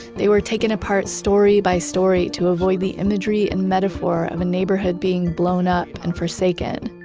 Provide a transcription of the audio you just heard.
they were taken apart story by story to avoid the imagery and metaphor of a neighborhood being blown up and forsaken.